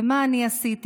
ומה אני עשיתי?